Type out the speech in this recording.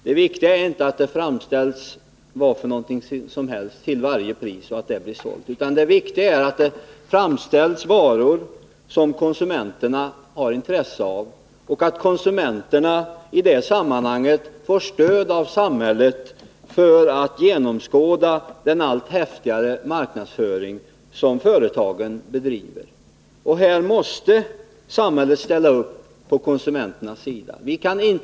Det viktiga är inte att det framställs vad som helst till varje pris och att det blir sålt, utan det viktiga är att det framställs sådana varor som konsumenterna har intresse av och att konsumenterna i det sammanhanget får stöd av samhället för att kunna genomskåda den allt häftigare marknadsföring som företagen bedriver. Här måste samhället ställa upp på konsumenternas sida.